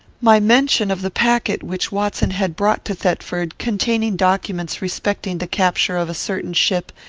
my mention of the packet which watson had brought to thetford, containing documents respecting the capture of a certain ship,